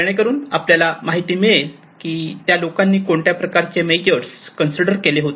जेणेकरून आपल्याला माहिती मिळेल की त्या लोकांनी कोणत्या प्रकारचे मेजर्स कन्सिडर केले होते